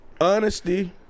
honesty